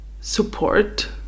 support